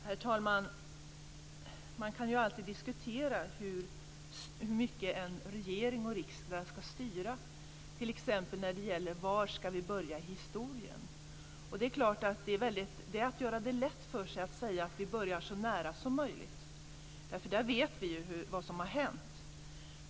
Herr talman! Man kan ju alltid diskutera hur mycket en regering och en riksdag ska styra, t.ex. när det gäller frågan om var vi ska börja historien. Att säga att man börjar så nära som möjligt är att göra det lätt för sig, för där vet vi ju vad som har hänt.